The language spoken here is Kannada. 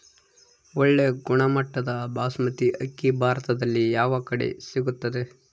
ಒಳ್ಳೆ ಗುಣಮಟ್ಟದ ಬಾಸ್ಮತಿ ಅಕ್ಕಿ ಭಾರತದಲ್ಲಿ ಯಾವ ಕಡೆ ಸಿಗುತ್ತದೆ?